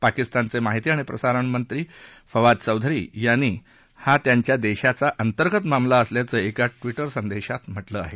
पाकिस्तानचे माहिती आणि प्रसारणमंत्री फवाद चौधरी यांनी हा त्यांच्या देशाचा अंतर्गत मामला असल्याच एका ट्विटसंदेशात म्हटलं आहे